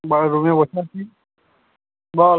বাবার রুমে বসে আছি বল